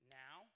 now